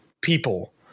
people